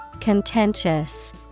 Contentious